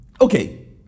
okay